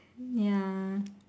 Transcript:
ya